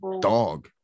dog